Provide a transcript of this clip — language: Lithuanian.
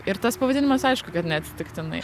ir tas pavadinimas aišku kad neatsitiktinai